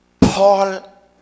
Paul